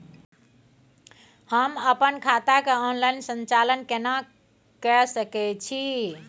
हम अपन खाता के ऑनलाइन संचालन केना के सकै छी?